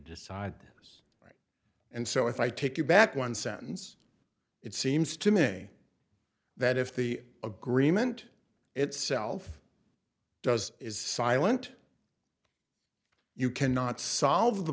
decide and so if i take you back one sentence it seems to me that if the agreement itself does is silent you cannot solve the